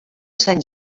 sant